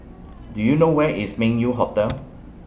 Do YOU know Where IS Meng Yew Hotel